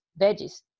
veggies